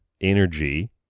energy